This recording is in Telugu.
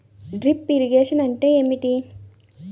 డ్రిప్ ఇరిగేషన్ అంటే ఏమిటి?